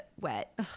wet